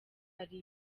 hari